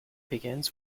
begins